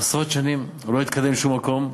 עשרות שנים הוא לא התקדם לשום מקום.